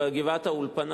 בגבעת-האולפנה,